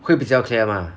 会比较 clear mah